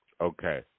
Okay